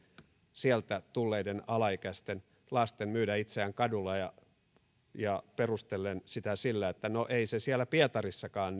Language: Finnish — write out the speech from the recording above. sieltä tulleiden alaikäisten lasten myydä itseään kadulla perustellen sitä sillä että ei se niiden elämä siellä pietarissakaan